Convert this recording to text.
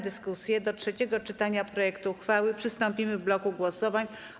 Do trzeciego czytania projektu uchwały przystąpimy w bloku głosowań.